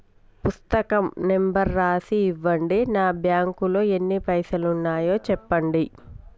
పుస్తకం నెంబరు రాసి ఇవ్వండి? నా బ్యాంకు లో ఎన్ని పైసలు ఉన్నాయో చెప్పండి?